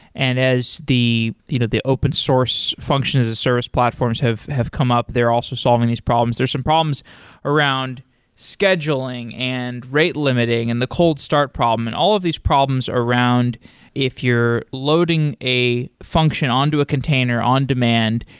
and as the you know the open source function as a service platforms have have come up, they're also solving these problems. there's some problems around scheduling and rate limiting and the cold start problem and all of these problems around if you're loading a function onto a container, on demand,